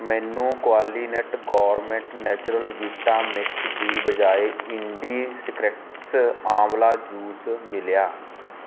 ਮੈਨੂੰ ਕੁਆਲੀਨਟ gourmet natural vita mix ਦੀ ਬਜਾਏ ਇੰਡੀਸਿਕ੍ਰੇਟਸ ਆਂਵਲਾ ਜੂਸ ਮਿਲਿਆ